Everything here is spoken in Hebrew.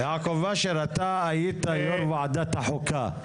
אתה היית יושב ראש ועדת החוקה.